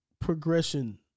progression